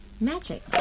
Magic